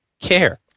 care